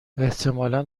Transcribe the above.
احتمالا